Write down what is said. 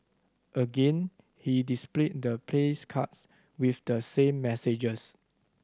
again he displayed the with the same messages